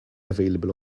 available